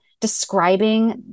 describing